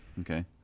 okay